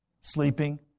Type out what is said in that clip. Sleeping